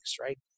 right